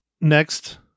next